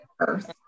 earth